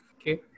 Okay